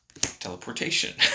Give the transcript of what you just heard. Teleportation